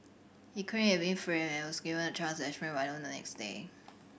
he claimed he had been framed and was given a chance to explain by noon the next day